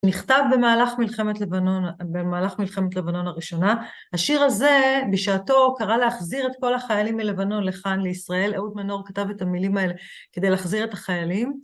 נכתב במהלך מלחמת לבנון... במהלך מלחמת לבנון הראשונה. השיר הזה, בשעתו, קרא להחזיר את כל החיילים מלבנון לכאן לישראל. אהוד מנור כתב את המילים האלה, כדי להחזיר את החיילים.